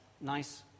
nice